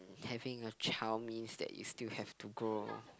having a child means that you still have to grow